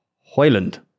Hoyland